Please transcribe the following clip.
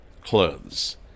clothes